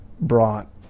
brought